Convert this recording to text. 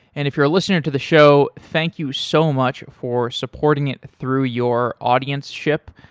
and if you're listening to the show, thank you so much for supporting it through your audienceship.